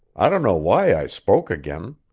i don't know why i spoke again.